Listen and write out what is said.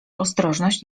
ostrożność